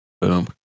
Boom